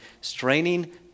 straining